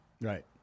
Right